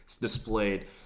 displayed